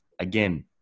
Again